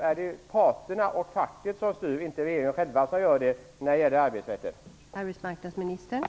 Är det parterna och facket som styr när det gäller arbetsrätten och inte regeringen själv?